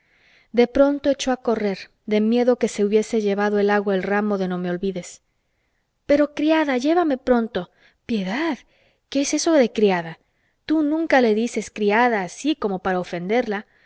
de pronto echó a correr de miedo de que se hubiese llevado el agua el ramo de nomeolvides pero criada llévame pronto piedad qué es eso de criada tú nunca le dices criada así como para ofenderla